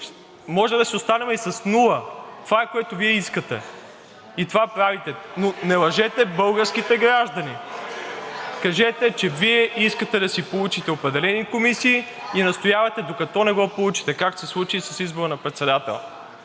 можем да си останем и с нула. Това е, което Вие искате, и това правите, но не лъжете българските граждани! (Шум и реплики.) Кажете, че Вие искате да си получите определени комисии, и настоявате, докато не го получите, както се случи и с избора на председател.